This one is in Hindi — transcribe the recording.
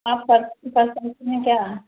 आप क्या